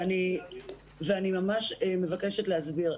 ואני ממש מבקשת להסביר.